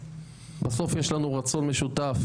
בסוף יש לנו רצון משותף,